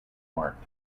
marked